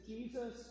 Jesus